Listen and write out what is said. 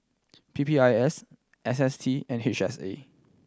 P P I S S S T and H S A